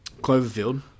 Cloverfield